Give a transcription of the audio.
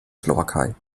slowakei